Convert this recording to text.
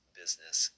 business